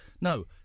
No